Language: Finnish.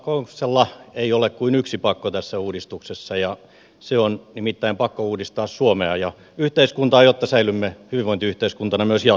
meillä kokoomuksella ei ole kuin yksi pakko tässä uudistuksessa ja se on nimittäin pakko uudistaa suomea ja yhteiskuntaa jotta säilymme hyvinvointiyhteiskuntana myös jatkossa